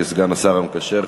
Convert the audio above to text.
כסגן השר המקשר,